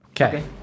Okay